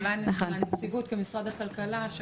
אולי מהנציבות כמשרד הכלכלה.